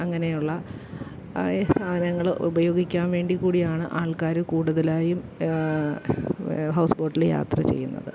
അങ്ങനെയുള്ള ആയ സാധനങ്ങൾ ഉപയോഗിക്കാൻ വേണ്ടിക്കൂടിയാണ് ആൾക്കാർ കൂടുതലായും ഹൗസ്ബോട്ടിൽ യാത്ര ചെയ്യുന്നത്